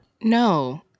No